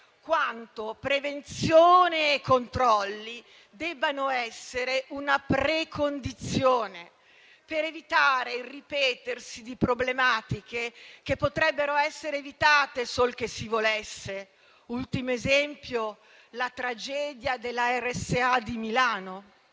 quanto prevenzione e controlli debbano essere una precondizione per evitare il ripetersi di problematiche che potrebbero essere evitate sol che si volesse, ultimo esempio la tragedia della RSA di Milano.